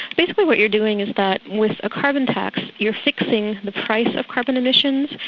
basically what you're doing is that with a carbon tax, you're fixing the price of carbon emissions,